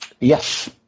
Yes